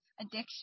addiction